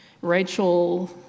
Rachel